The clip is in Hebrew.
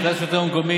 מרכז השלטון המקומי,